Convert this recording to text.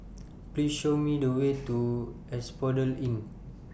Please Show Me The Way to Asphodel Inn